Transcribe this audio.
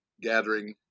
gathering